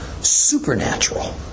supernatural